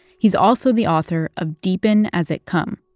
he's also the author of deep'n as it come,